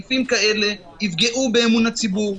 סעיף כאלה יפגעו באמון הציבור,